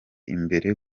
imbere